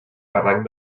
barranc